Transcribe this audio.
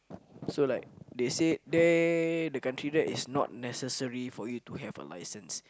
so like they said there the country there is not necessary for you to have a license